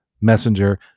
Messenger